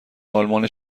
آلمان